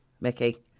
Mickey